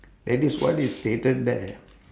that is what is stated there